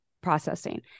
processing